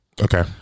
Okay